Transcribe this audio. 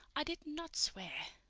i did not swear.